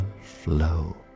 flow